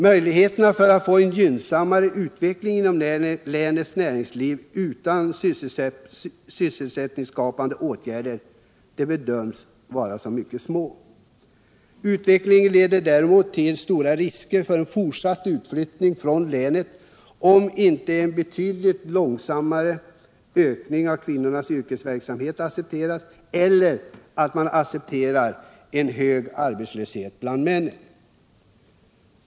Möjligheterna att få en gynnsammare utveckling inom länets näringsliv utan sysselsättningsskapande åtgärder bedöms vara mycket små. Utvecklingen leder därför till stora risker för fortsatt utflyttning från länet, om inte en betydligt långsammare ökning av kvinnornas yrkesverksamhet accepteras eller man accepterar en hög arbetslöshet bland männen.